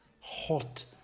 Hot